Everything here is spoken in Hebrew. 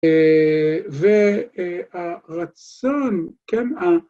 והרצון, כן, ה...